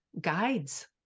guides